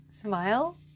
Smile